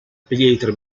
pietre